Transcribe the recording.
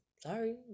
Sorry